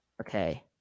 Okay